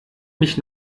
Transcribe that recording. mich